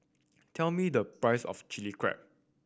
tell me the price of Chilli Crab